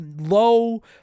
low